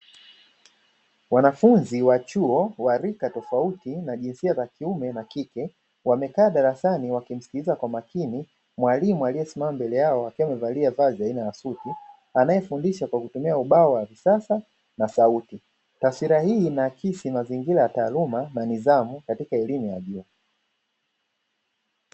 Wanafunzi wa chuo wa rika tofauti na jinsia za kiume na kike wamekaa darasani wakimsikiliza kwa makini mwalimu aliyesimama mbele yao akiwa amevalia vazi aina ya suti, anayefundisha kwa kutumia ubao wa kisasa na sauti, taswira hii inaakisi mazingira ya taaluma na nidhamu katika elimu ya juu.